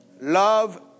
Love